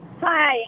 hi